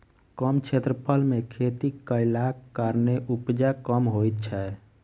कम क्षेत्रफल मे खेती कयलाक कारणेँ उपजा कम होइत छै